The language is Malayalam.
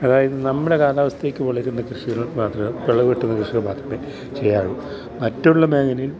അതായത് നമ്മുടെ കാലാവസ്ഥയ്ക്കു വളരുന്ന കൃഷികൾ മാത്രമേ വിളവു കിട്ടുന്ന കൃഷികൾ മാത്രമേ ചെയ്യാവൂ മറ്റുള്ള മേഖലയിൽ